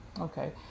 Okay